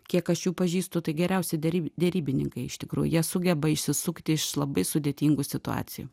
kiek aš jų pažįstu tai geriausi deryb derybininkai iš tikrųjų jie sugeba išsisukti iš labai sudėtingų situacijų